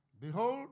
Behold